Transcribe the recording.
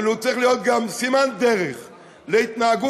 אבל הוא צריך להיות גם סימן דרך להתנהגות